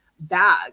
bag